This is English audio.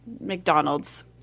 McDonald's